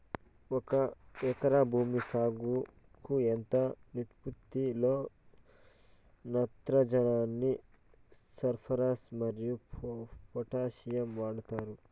ఒక ఎకరా భూమి సాగుకు ఎంత నిష్పత్తి లో నత్రజని ఫాస్పరస్ మరియు పొటాషియం వాడుతారు